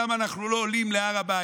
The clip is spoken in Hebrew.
למה אנחנו לא עולים להר הבית?